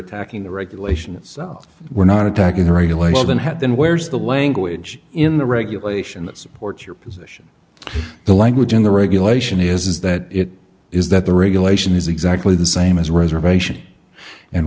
attacking the regulation itself were not attacking the regulation had then where's the language in the regulation that supports your position the language in the regulation is that it is that the regulation is exactly the same as reservation and